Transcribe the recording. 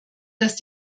dass